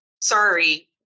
sorry